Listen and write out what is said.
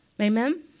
Amen